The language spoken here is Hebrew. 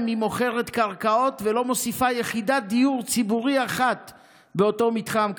היא מוכרת קרקעות ולא מוסיפה יחידת דיור ציבורי אחת באותו מתחם.